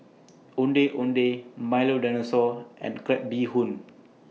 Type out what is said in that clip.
Ondeh Ondeh Milo Dinosaur and Crab Bee Hoon